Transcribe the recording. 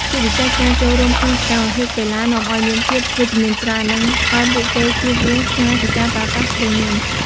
ជាពិសេសការចូលរួមក្នុងសកម្មភាពកីឡានាំអោយមានភាពវិជ្ជមានច្រើន និងឲ្យពួកគេជៀសវាងឆ្ងាយពីការប្រើប្រាស់គ្រឿងញៀន។